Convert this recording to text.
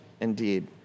indeed